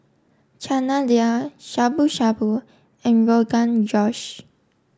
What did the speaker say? Chana Dal Shabu Shabu and Rogan Josh